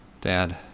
Dad